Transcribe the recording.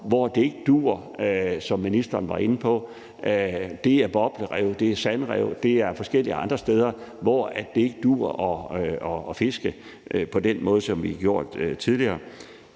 hvor det ikke duer, som ministeren var inde på, og det gælder boblerev, sandrev og forskellige andre steder, hvor det ikke duer at fiske på den måde, som vi har gjort tidligere.